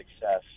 success